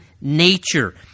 nature